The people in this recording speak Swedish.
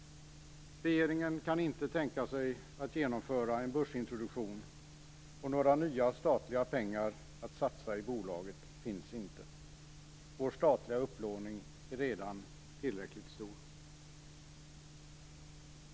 Regeringen kan inte tänka sig att genomföra en börsintroduktion, och några nya statliga pengar att satsa i bolaget finns inte. Vår statliga upplåning är redan tillräckligt stor.